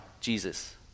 jesus